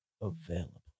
available